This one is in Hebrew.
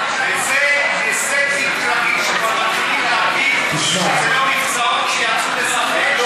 וזה הישג בלתי רגיל שכבר מתחילים להבין שזה לא מבצעון שיצאו לשחק,